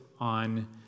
on